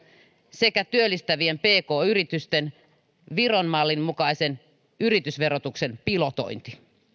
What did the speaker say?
sekä työllistävien pk yritysten viron mallin mukaisen yritysverotuksen pilotointi